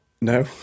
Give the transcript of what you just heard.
No